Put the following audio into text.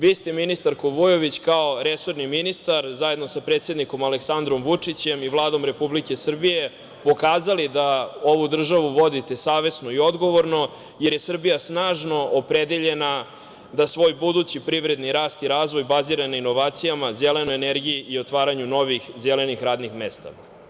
Vi ste, ministarko Vujović, kao resorni ministar, zajedno sa predsednikom Aleksandrom Vučićem i Vladom Republike Srbije, pokazali da ovu državu vodite savesno i odgovorno, jer je Srbija snažno opredeljena da svoj budući privredni rast i razvoj bazira na inovacijama, zelenoj energiji i otvaranju novih zelenih radnih mesta.